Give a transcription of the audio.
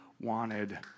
wanted